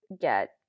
get